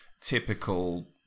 typical